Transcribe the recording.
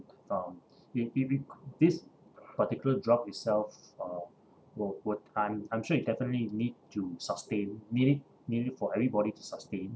uh in giving this particular drug itself uh will over time I'm sure you definitely need to sustain need it need it for everybody to sustain